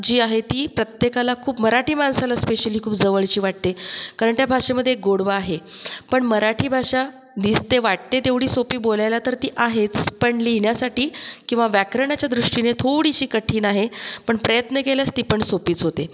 जी आहे ती प्रत्येकाला खूप मराठी माणसाला स्पेशली खूप जवळची वाटते कारण त्या भाषेमध्ये गोडवा आहे पण मराठी भाषा दिसते वाटते तेवढी सोपी बोलायला तर ती आहेच पण लिहिण्यासाठी किंवा व्याकरणाच्या दृष्टीने थोडीशी कठीण आहे पण प्रयत्न केल्यास ती पण सोपीच होते